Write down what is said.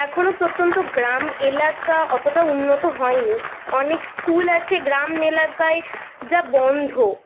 এখনো প্রত্যন্ত গ্রাম এলাকা অতটা উন্নত হয় নি অনেক স্কুল আছে গ্রাম এলাকায় যা বন্ধ